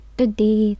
today